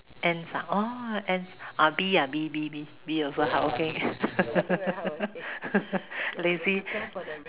ants ah oh ants ah bee bee bee bee bee also hardworking lazy